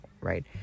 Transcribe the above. right